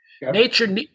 Nature